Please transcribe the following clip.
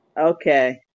okay